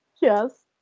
Yes